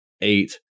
eight